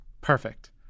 Perfect